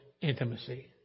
intimacy